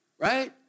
right